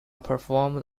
performed